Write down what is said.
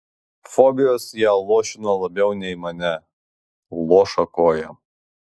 fobijos ją luošino labiau nei mane luoša koja